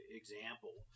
example